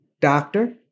doctor